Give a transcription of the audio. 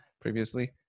previously